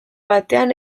batean